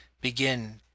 Begin